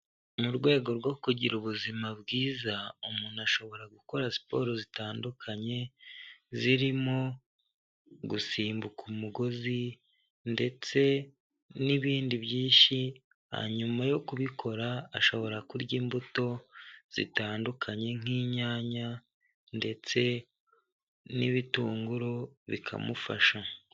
Mu rwego rwo kugira ubuzima bwiza, umuntu ashobora gukora siporo zitandukanye, zirimo gusimbuka umugozi, ndetse n'ibindi byinshi, hanyuma yo kubikora ashobora kurya imbuto zitandukanye nk'inyanya ndetse n'ibitunguru bikamufasha.